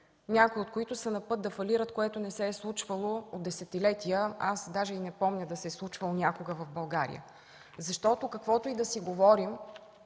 някои от които са на път да фалират, което не се е случвало от десетилетия. Даже и не помня да се е случвало някога в България. Каквото и да си говорим,